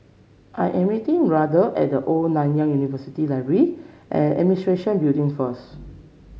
I am meeting Randle at The Old Nanyang University Library and Administration Building first